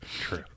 True